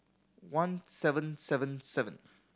one seven seven seven